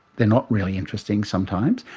they're not really interesting sometimes.